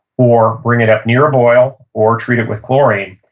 or bring it up near a boil, or treat it with chlorine.